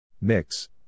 Mix